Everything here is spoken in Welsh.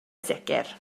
sicr